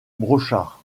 brochard